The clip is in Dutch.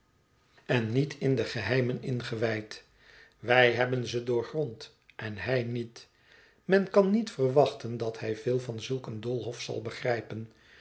komen terwijl in de geheimen ingewijd wij hebben ze doorgrond en hij niet men kan niet verwachten dat hij veel van zulk een doolhof zal begrijpen